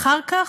אחר כך,